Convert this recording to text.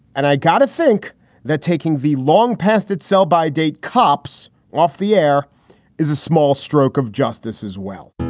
and i got to think that taking the long past, its sell by date cops off the air is a small stroke of justice as well.